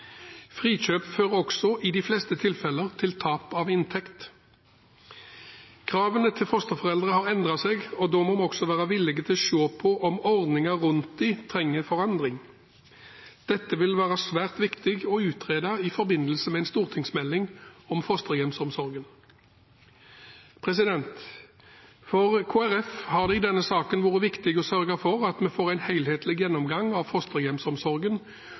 Frikjøp fører også i de fleste tilfeller til tap av inntekt. Kravene til fosterforeldre har endret seg, og da må vi også være villige til å se på om ordningen rundt dem trenger forandring. Dette vil være svært viktig å utrede i forbindelse med en stortingsmelding om fosterhjemsomsorgen. For Kristelig Folkeparti har det i denne saken vært viktig å sørge for at vi får en helhetlig gjennomgang av fosterhjemsomsorgen,